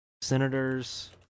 senators